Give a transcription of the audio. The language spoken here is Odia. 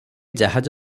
ଜାହାଜ